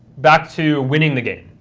back to winning the game.